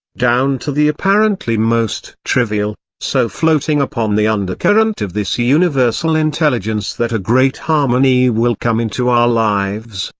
down to the apparently most trivial, so floating upon the undercurrent of this universal intelligence that a great harmony will come into our lives,